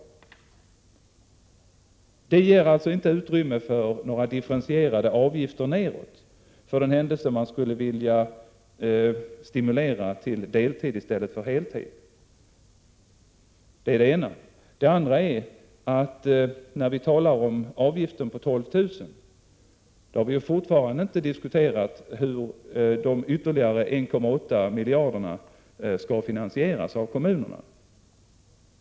Det ger alltså inte utrymme för några differentierade avgifter nedåt, för den händelse man skulle vilja stimulera till deltid i stället för heltid. = Det är det ena. Det andra är att när vi talar om avgiften på 12 000 har vi fortfarande inte diskuterat hur de ytterligare 1,8 miljarderna skall finansieras av kommunerna.